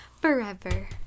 Forever